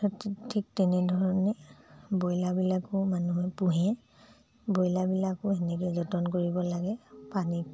ঠিক তেনেধৰণে ব্ৰইলাৰবিলাকো মানুহে পুহে ব্ৰইলাৰবিলাকো তেনেকৈ যতন কৰিব লাগে পানীত